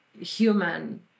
human